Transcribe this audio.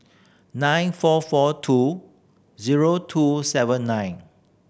nine four four two zero two seven nine